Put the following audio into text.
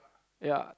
ya